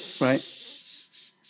right